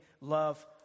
love